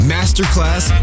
Masterclass